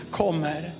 kommer